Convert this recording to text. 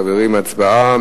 חברים, הצבעה.